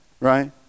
right